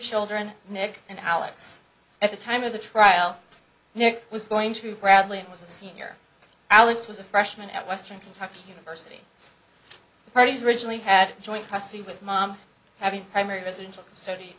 children nick and alex at the time of the trial he was going through bradley and was to see alex was a freshman at western kentucky university parties originally had joint custody with mom having primary residence study